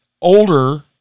older